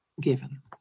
given